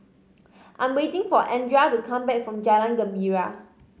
I'm waiting for Andrea to come back from Jalan Gembira